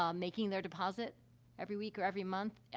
um making their deposit every week or every month, yeah